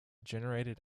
generated